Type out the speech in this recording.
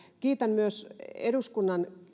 kiitän myös eduskunnan